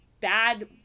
bad